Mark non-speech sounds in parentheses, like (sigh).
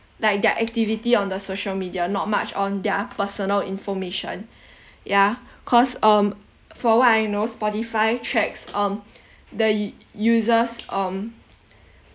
like their activity on the social media not much on their personal information (breath) ya cause um for what I know spotify tracks um (breath) the user's um (breath)